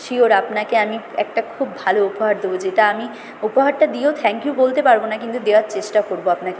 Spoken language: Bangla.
শিওর আপনাকে আমি একটা খুব ভালো উপহার দেবো যেটা আমি উপহারটা দিয়েও থ্যাংক ইউ বলতে পারব না কিন্তু দেওয়ার চেষ্টা করব আপনাকে